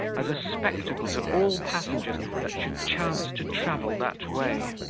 as a spectacle to all passengers that should chance to travel that way.